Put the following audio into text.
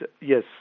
yes